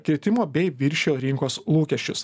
kritimo bei viršijo rinkos lūkesčius